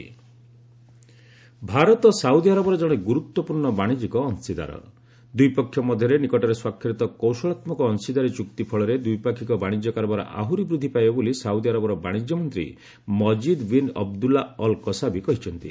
India Saudi Bharat Saudi ଆରବର ଜଣେ ଗୁରୁତ୍ୱପୂର୍ଣ୍ଣ ବାଣିକ୍ୟିକ ଅଂଶୀଦାର ଦୁଇ ପକ୍ଷ ମଧ୍ୟରେ ନିକଟରେ ସ୍ୱାକ୍ଷରିତ କୌଶଳାତ୍ଲକ ଅଂଶୀଦାରୀ ଚୂକ୍ତି ଫଳରେ ଦ୍ୱିପାକ୍ଷିକ ବାଣିଜ୍ୟ କାରବାର ଆହୁରି ବୃଦ୍ଧି ପାଇବ ବୋଲି ସାଉଦି ଆରବର ବାଣିଜ୍ୟ ମନ୍ତ୍ରୀ Majid bin Abdullah al Qasabi କହିଛନ୍ତି